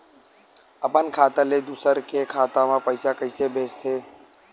अपन खाता ले दुसर के खाता मा पईसा कइसे भेजथे?